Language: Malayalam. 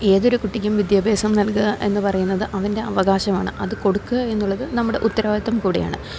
ഏതൊരു കുട്ടിക്കും വിദ്യാഭ്യാസം നൽകുക എന്നു പറയുന്നത് അവൻ്റെ അവകാശമാണ് അതു കൊടുക്കുക എന്നുള്ളതു നമ്മുടെ ഉത്തരവാദിത്തം കൂടിയാണ്